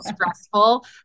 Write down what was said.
stressful